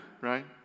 right